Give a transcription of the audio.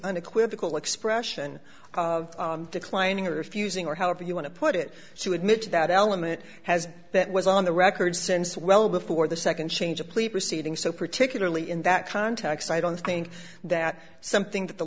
unequivocal expression of declining refusing or however you want to put it so admitted that element has that was on the record since well before the second change of plea proceeding so particularly in that context i don't think that something that the